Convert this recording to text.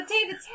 David